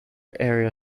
area